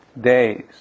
days